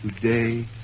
Today